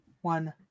one